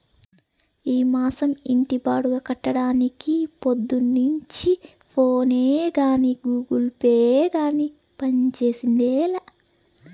ఈ మాసం ఇంటి బాడుగ కట్టడానికి పొద్దున్నుంచి ఫోనే గానీ, గూగుల్ పే గానీ పంజేసిందేలా